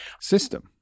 system